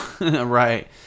right